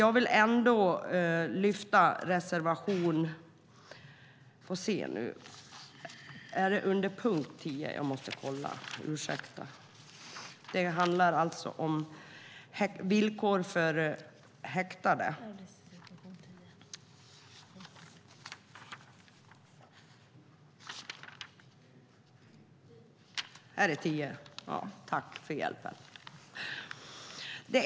Jag vill dock lyfta upp reservation 10 som handlar om villkor för häktade.